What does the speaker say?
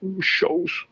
shows